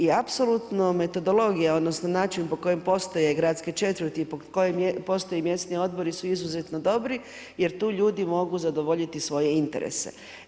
I apsolutno metodologija, odnosno, način po kojem postoje gradske četvrti i pod kojim postoji mjesni odbor su izuzetno dobri, jer tu ljudi mogu zadovoljiti svoje interese.